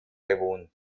bewohnt